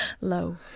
Low